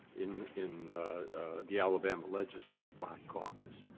in in the alabama legislative black caucus,